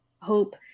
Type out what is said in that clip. hope